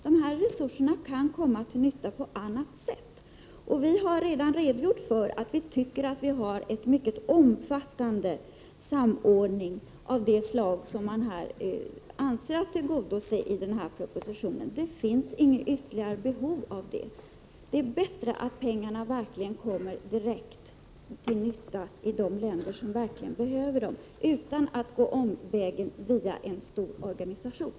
Dessa resurser kan komma till nytta på annat sätt. Vi har redogjort för att det enligt vår mening redan sker en mycket omfattande samordning av det slag som enligt propositionen skall komma till stånd. Det finns alltså inte något ytterligare behov av samordning. Det är bättre att pengarna kommer till nytta direkt i de länder som verkligen behöver dem, utan att de går omvägen via en stor organisation.